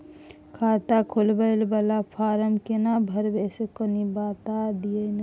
खाता खोलैबय वाला फारम केना भरबै से कनी बात दिय न?